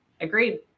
Agreed